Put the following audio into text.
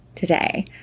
Today